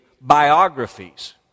biographies